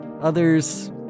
others